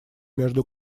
между